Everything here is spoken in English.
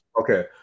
Okay